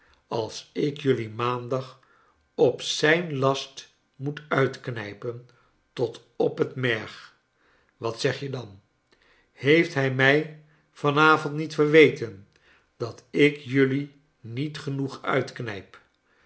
als ik jullie maandag op zijn last moet uitknijpen tot op het merg wat zeg je dan heeft hij mij van avond hiet verweten dat ik jullie niet genoeg uitknijp